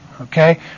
Okay